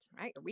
right